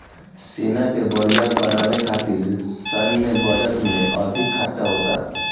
सेना के बरियार बनावे खातिर सैन्य बजट में अधिक खर्चा होता